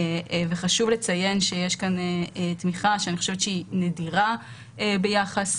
יש פה תמיכה שאני חושבת שהיא נדירה ביחס